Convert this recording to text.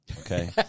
Okay